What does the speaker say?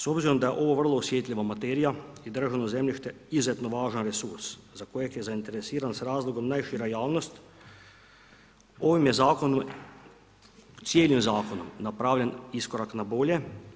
S obzirom da je ovo vrlo osjetljiva materija i državno zemljište izuzetno važan resurs, za kojeg je zainteresiran s razlogom najšira javnost, ovime je zakonom, cijelim zakonom napravljan iskorak na bolje.